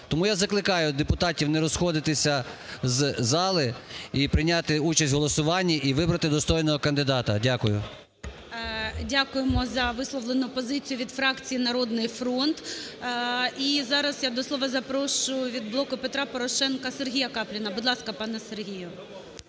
Тому я закликаю депутатів не розходитися з зали і прийняти участь в голосуванні і вибрати достойного кандидата. Дякую. ГОЛОВУЮЧИЙ. Дякуємо за висловлену позицію від фракції "Народний фронт". І зараз я до слова запрошую від "Блоку Петра Порошенка" Сергія Капліна. Будь ласка, пане Сергію.